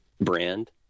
brand